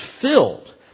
filled